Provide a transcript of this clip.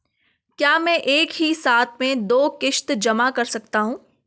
क्या मैं एक ही साथ में दो किश्त जमा कर सकता हूँ?